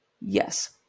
Yes